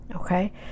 okay